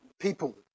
people